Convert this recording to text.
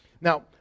Now